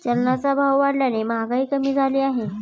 चलनाचा भाव वाढल्याने महागाई कमी झाली आहे